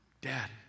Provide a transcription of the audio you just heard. dad